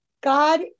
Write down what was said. God